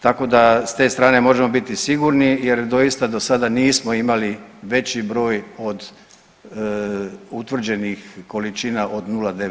Tako da s te strane možemo biti sigurni jer doista do sada nismo imali veći broj od utvrđenih količina od 0,9%